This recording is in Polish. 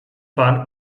pan